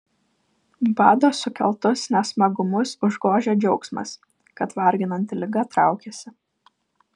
bado sukeltus nesmagumus užgožia džiaugsmas kad varginanti liga traukiasi